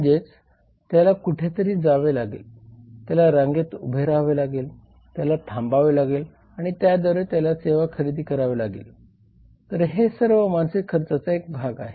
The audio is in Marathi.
म्हणजेच त्याला कुठेतरी जावे लागेल त्याला रांगेत उभे रहावे लागेल त्याला थांबावे लागेल आणि त्याद्वारे त्याला सेवा खरेदी करावी लागेल तर हे सर्व मानसिक खर्चाचा एक भाग आहे